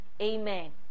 Amen